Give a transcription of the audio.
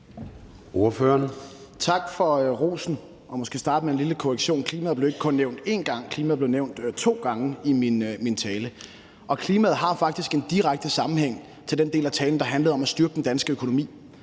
Tak for rosen. Jeg kan måske starte med en lille korrektion: Klimaet blev ikke kun nævnt én gang, klimaet blev nævnt to gange i min tale. Og klimaet har faktisk en direkte sammenhæng til den del af talen, der handlede om at styrke den danske økonomi.